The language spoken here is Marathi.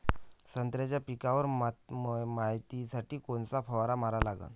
संत्र्याच्या पिकावर मायतीसाठी कोनचा फवारा मारा लागन?